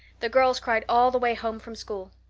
the girls cried all the way home from school.